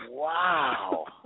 Wow